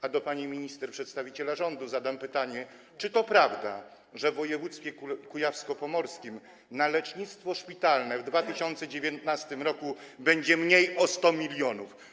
A do pani minister, przedstawiciela rządu zadam pytanie: Czy to prawda, że w województwie kujawsko-pomorskim na lecznictwo szpitalne w 2019 r. będzie mniej o 100 mln?